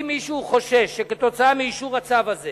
מבקש, אם מישהו חושש שכתוצאה מאישור הצו הזה